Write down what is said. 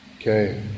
Okay